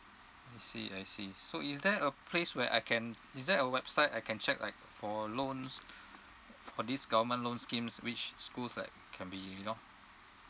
I see I see so is there a place where I can is there a website I can check like for loans for this government loans schemes which schools like can be you know